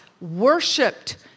worshipped